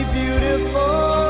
beautiful